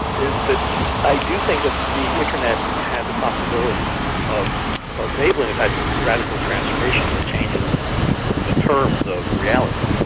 is that i do think that the internet has a possibility of of enabling a type of radical transformation that changes sort of the terms of reality.